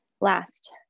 Last